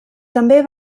també